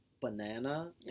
banana